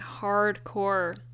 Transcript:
hardcore